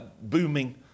booming